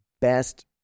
best